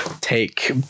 take